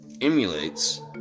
emulates